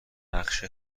نقش